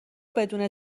بدون